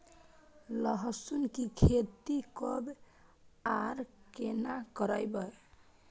लहसुन की खेती कब आर केना करबै?